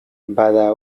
bada